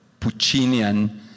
Puccinian